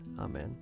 Amen